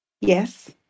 yes